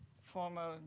former